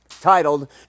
titled